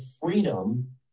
freedom